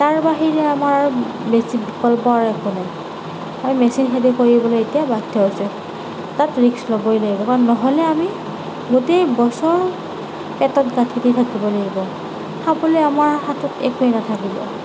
তাৰ বাহিৰে আমাৰ বেছি বিকল্প আৰু একো নাই আমি মেচিন খেতি কৰিবলৈ এতিয়া বাধ্য হৈছোঁ তাত ৰিক্স ল'বই লাগিব কাৰণ নহ'লে আমি গোটেই বছৰ পেটত গাঁঠি দি থাকিব লাগিব খাবলৈ আমাৰ হাতত একোৱেই নাথাকিব